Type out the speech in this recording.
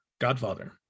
godfather